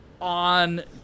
on